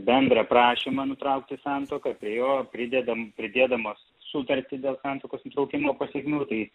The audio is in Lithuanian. bendrą prašymą nutraukti santuoką prie jo pridedam pridėdamos sutartį dėl santuokos nutraukimo pasekmių tai